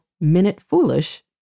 minute-foolish